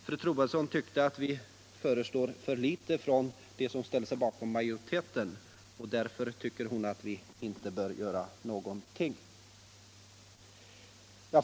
Fru Troedsson tyckte att vi som ställer oss bakom majoritetsförslaget föreslår för litet, och därför anser hon att vi inte bör göra någonting.